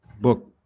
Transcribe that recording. book